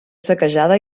saquejada